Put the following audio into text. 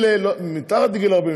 אלה שמתחת לגיל 40,